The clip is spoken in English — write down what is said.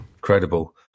credible